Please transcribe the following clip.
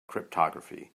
cryptography